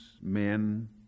men